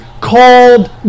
called